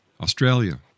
Australia